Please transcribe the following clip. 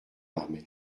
armée